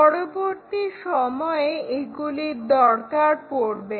পরবর্তী সময়ে এগুলি দরকার পড়বে